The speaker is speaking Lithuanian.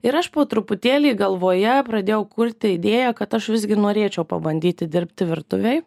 ir aš po truputėlį galvoje pradėjau kurti idėją kad aš visgi norėčiau pabandyti dirbti virtuvėj